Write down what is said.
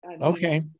Okay